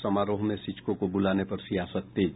समारोह में शिक्षकों को बुलाने पर सियासत तेज